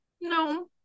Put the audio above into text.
No